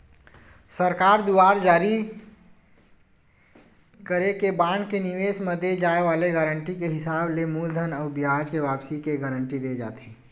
सरकार दुवार जारी करे के बांड के निवेस म दे जाय वाले गारंटी के हिसाब ले मूलधन अउ बियाज के वापसी के गांरटी देय जाथे